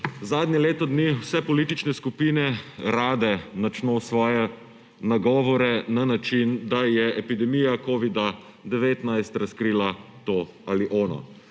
Zadnje leto dni vse politične skupine rade načno svoje nagovore na način, da je epidemija covida-19 razkrila to ali ono.